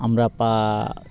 আমরা পা